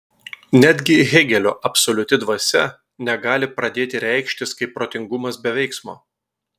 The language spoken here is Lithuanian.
netgi hėgelio absoliuti dvasia negali pradėti reikštis kaip protingumas be veiksmo